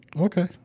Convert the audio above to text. Okay